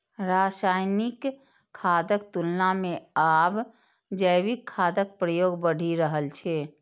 रासायनिक खादक तुलना मे आब जैविक खादक प्रयोग बढ़ि रहल छै